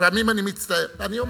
לפעמים אני מצטער, אני אומר.